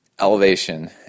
elevation